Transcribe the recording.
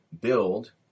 build